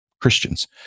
Christians